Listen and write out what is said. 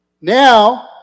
Now